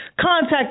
Contact